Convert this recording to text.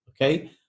okay